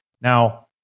Now